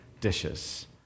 dishes